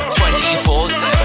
24-7